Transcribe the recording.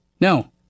no